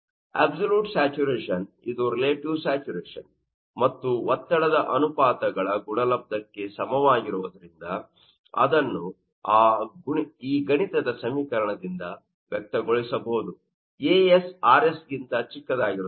absolute saturation ಇದು relative saturation ಮತ್ತು ಒತ್ತಡದ ಅನುಪಾತಗಳ ಗುಣಲಬ್ಧಕ್ಕೆ ಸಮವಾಗಿರುವುದರಿಂದ ಅದನ್ನು ಈ ಗಣಿತದ ಸಮೀಕರಣದಿಂದ ವ್ಯಕ್ತಗೊಳಿಸಬಹುದು AS RS ಗಿಂತ ಚಿಕ್ಕದಾಗಿರುತ್ತದೆ